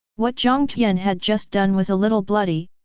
what jiang tian had just done was a little bloody,